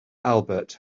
albert